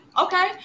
okay